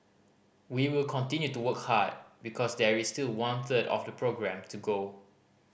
we will continue to work hard because there is still one third of the programme to go